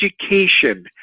education